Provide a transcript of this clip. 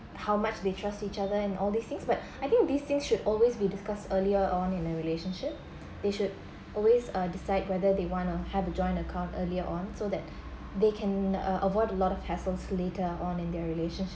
how much they trust each other and all these things but I think these things should always be discussed earlier on in a relationship they should always uh decide whether they wanna have a joint account earlier on so that they can uh avoid a lot of hassles later on in their relationship